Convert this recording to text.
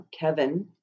Kevin